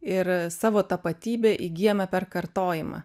ir savo tapatybę įgyjame per kartojimą